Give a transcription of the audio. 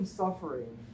suffering